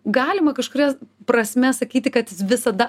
galima kažkuria prasme sakyti kad jis visada